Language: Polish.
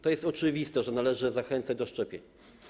To jest oczywiste, że należy zachęcać do szczepień.